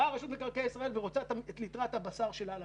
באה רשות מקרקעי ישראל ורוצה את ליטרת הבשר שלה לקרקע.